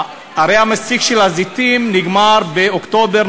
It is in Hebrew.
הרי מסיק הזיתים נגמר באוקטובר,